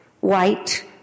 white